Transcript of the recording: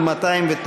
בעד, 48, נגד, 59,